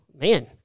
man